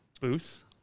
booth